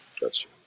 Gotcha